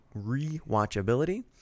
rewatchability